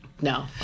No